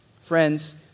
friends